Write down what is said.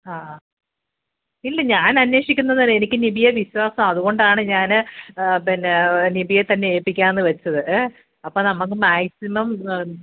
ഇല്ല ഞാൻ അന്വേഷിക്കുന്ന എനിക്ക് നിധിയെ വിശ്വാസ അതു കൊണ്ടാണ് ഞാൻ പിന്നെ നിധിയെ തന്നെ ഏല്പിക്കാമെന്നു വെച്ചത് അപ്പം നമുക്ക് മാക്സിമം